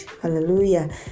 Hallelujah